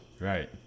Right